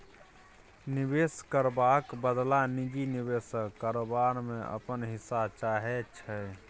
निबेश करबाक बदला निजी निबेशक कारोबार मे अपन हिस्सा चाहै छै